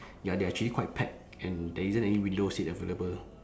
ya they are actually quite packed and there isn't any window seat available